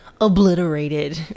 obliterated